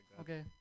Okay